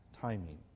timing